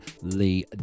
Lee